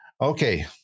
Okay